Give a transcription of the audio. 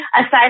aside